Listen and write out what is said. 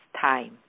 time